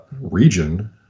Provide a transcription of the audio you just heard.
region